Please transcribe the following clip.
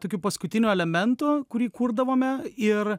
tokiu paskutiniu elemento kurį kurdavome ir